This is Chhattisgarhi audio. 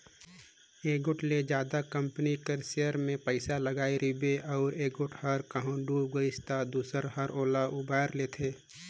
एगोट ले जादा कंपनी कर सेयर में पइसा लगाय रिबे अउ एगोट हर कहों बुइड़ गइस ता दूसर हर ओला उबाएर लेथे